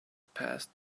passed